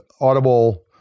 audible